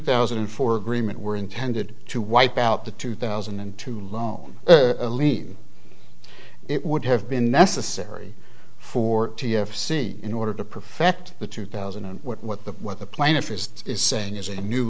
thousand and four agreement were intended to wipe out the two thousand and two lone lean it would have been necessary for t f c in order to perfect the two thousand and what the what the plaintiff is is saying is a new